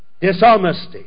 Dishonesty